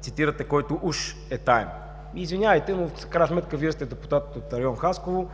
цитирате, който уж е таен. Извинявайте, но в крайна сметка Вие сте депутат от район Хасково.